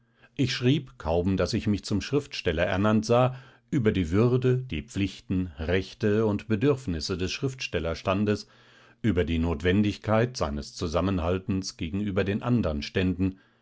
ich schrieb kaum daß ich mich zum schriftsteller ernannt sah über die würde die pflichten rechte und bedürfnisse des schriftstellerstandes über die notwendigkeit seines zusammenhaltens gegenüber den andern ständen